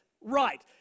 Right